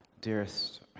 Dearest